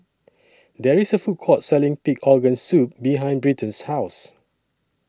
There IS A Food Court Selling Pig Organ Soup behind Britton's House